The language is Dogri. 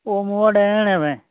ओह् मोआ डैन ऐ